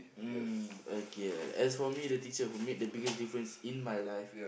mm okay as for me the teacher who made the biggest difference in my life